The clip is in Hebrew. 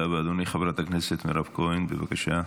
חברת הכנסת מירב כהן, בבקשה.